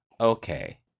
Okay